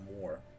more